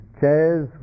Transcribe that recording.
chairs